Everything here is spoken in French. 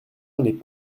les